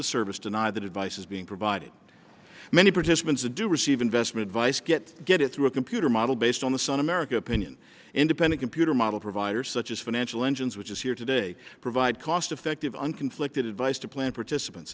the service denied that advice is being provided many participants do receive investment vice get get it through a computer model based on the sun america opinion independent computer model providers such as financial engines which is here today provide cost effective and conflicted advice to plan participants